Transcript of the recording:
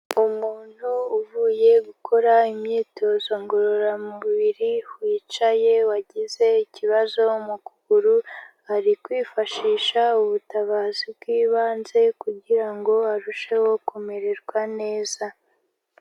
Umuntu uvuye gukora imyitozo ngororamubiri, wicaye wagize ikibazo mu kuguru ari kwifashisha ubutabazi bw'ibanze, kugira ngo arusheho kumererwa neza.